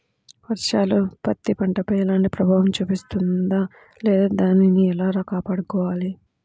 వర్షాలు పత్తి పంటపై ఎలాంటి ప్రభావం చూపిస్తుంద లేదా దానిని ఎలా కాపాడుకోవాలి?